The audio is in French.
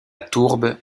tourbe